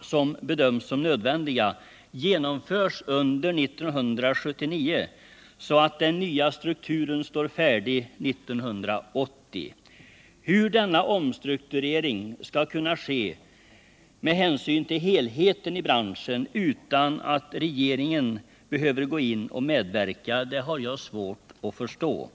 som ansetts nödvändiga genomförs under 1979, så att den nya strukturen kan stå färdig 1980. Hur denna omstrukturering skall kunna ske med hänsyn till helheten i branschen utan att regeringen behöver gå in och medverka har jag svårt att förstå.